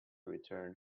return